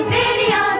video